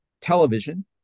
television